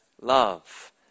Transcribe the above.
love